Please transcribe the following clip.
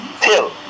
till